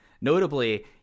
Notably